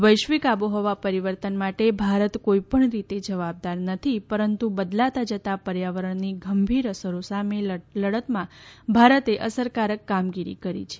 વૈશ્વિક આબોહવા પરીવર્તન માટે ભારત કોઇપણ રીતે જવાબદાર નથી પરંતુ બદલાતા જતા પર્યાવરણની ગંભીર અસરો સામે લડતમાં ભારતે અસરકારક કામગીરી કરી છે